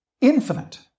infinite